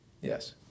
Yes